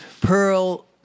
Pearl